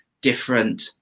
different